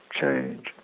change